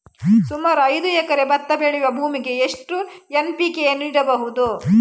ಸುಮಾರು ಐದು ಎಕರೆ ಭತ್ತ ಬೆಳೆಯುವ ಭೂಮಿಗೆ ಎಷ್ಟು ಎನ್.ಪಿ.ಕೆ ಯನ್ನು ನೀಡಬಹುದು?